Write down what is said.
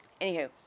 Anywho